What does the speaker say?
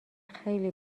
خیلی